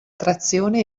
trazione